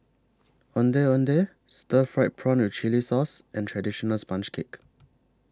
Ondeh Ondeh Stir Fried Prawn with Chili Sauce and Traditional Sponge Cake